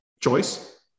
choice